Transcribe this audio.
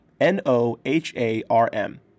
N-O-H-A-R-M